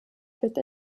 wird